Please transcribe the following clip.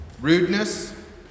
rudeness